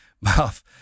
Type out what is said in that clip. mouth